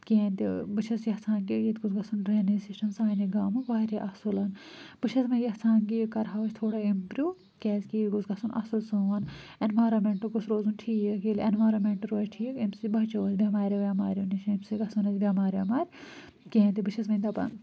کینٛہہ تہِ بہٕ چھَس یَژھان کہِ ییٚتہِ گوٚژھ گَژھُن ڈرٛینیج سِسٹَم سانہِ گامُک واریاہ اصٕل بہٕ چھَس وۄنۍ یژھان کہِ یہِ کَرہو أسۍ تھوڑا اِمپرٛوٗ کیٛازِکہِ یہِٚ گژھُن اصٕل سون اٮ۪نوارمینٹ گوٚژھ روزُن ٹھیٖک ییٚلہِ اینوارمٮٹ روزِ ٹھیٖکھ اَمہِ سۭتۍ بَچو أسۍ بٮ۪ماریو وٮ۪ماریو نِش اَمہِ سۭتۍ گژھو أسۍ بیمار وٮ۪مار کہیٖنۍ تہِ بہٕ چھَس وۄنۍ دَپان